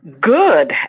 Good